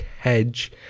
hedge